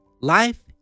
life